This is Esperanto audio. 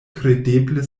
kredeble